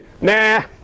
Nah